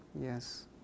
Yes